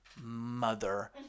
mother